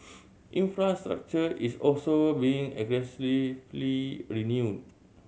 infrastructure is also being renewed